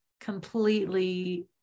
Completely